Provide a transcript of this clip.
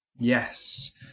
Yes